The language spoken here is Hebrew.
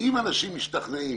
אם אנשים משתכנעים